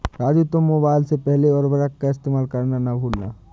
राजू तुम मोबाइल से पहले उर्वरक का इस्तेमाल करना ना भूलना